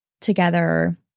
together